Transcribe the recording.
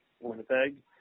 Winnipeg